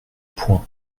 points